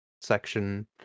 section